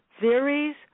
theories